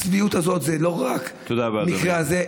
הצביעות הזאת היא לא רק במקרה הזה,